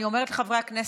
אני אומרת לחברי הכנסת,